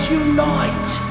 unite